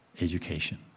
education